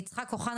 יצחק אוחנה